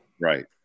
right